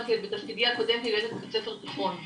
גם בתפקידי הקודם כמנהלת בית ספר תיכון.